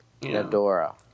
Adora